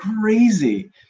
crazy